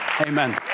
Amen